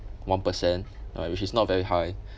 one percent uh which is not very high